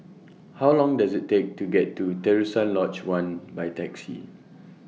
How Long Does IT Take to get to Terusan Lodge one By Taxi